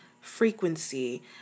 frequency